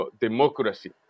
democracy